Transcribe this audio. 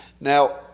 Now